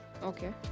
Okay